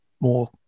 more